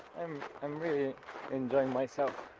um i'm really enjoying myself.